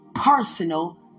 Personal